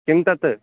किं तत्